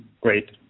great